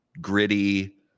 gritty